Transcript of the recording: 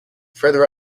further